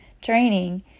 training